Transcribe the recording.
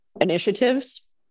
initiatives